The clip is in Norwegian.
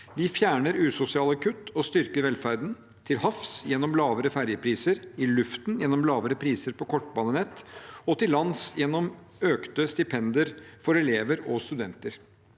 Vi fjerner usosiale kutt og styrker velferden – til havs gjennom lavere ferjepriser, i luften gjennom lavere priser på kortbanenettet og til lands gjennom økte stipender for elever og studenter.